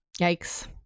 yikes